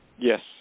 Yes